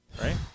Right